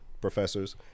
professors